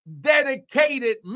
dedicated